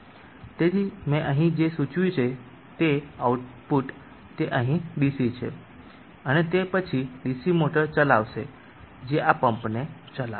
તેથી મેં અહીં જે સૂચવ્યું છે તે આઉટપુટ એ અહીં ડીસી છે અને તે પછી ડીસી મોટર ચલાવશે જે આ પંપને ચલાવશે